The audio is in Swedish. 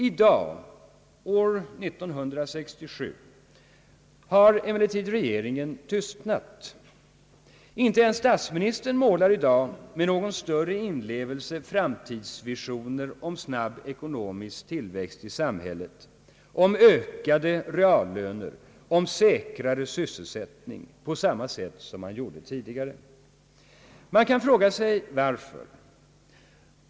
I dag, år 1967, har emellertid regeringen tystnat. Inte ens statsministern målar i dag med någon större inlevelse framtidsvisioner om snabb ekonomisk tillväxt i samhället, om ökade reallöner, om säkrare sysselsättning, på samma sätt som han gjorde tidigare. Man kan fråga sig varför.